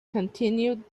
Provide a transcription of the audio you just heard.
continued